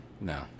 No